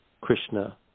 Krishna